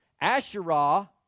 asherah